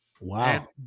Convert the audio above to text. Wow